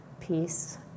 peace